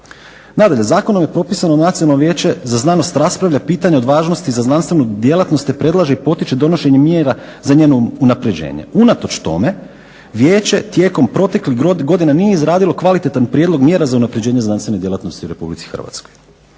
Nadalje, Zakonom je propisano da Nacionalno vijeće raspravlja pitanja od važnosti za znanstvenu djelatnost te predlaže i potiče donošenje mjera za njeno unapređenje. Unatoč tome, Vijeće tijekom proteklih godina nije izradilo kvalitetan prijedlog mjera za unapređenje znanstvene djelatnosti u Republici Hrvatskoj.